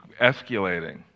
escalating